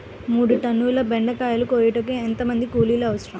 మూడు టన్నుల బెండకాయలు కోయుటకు ఎంత మంది కూలీలు అవసరం?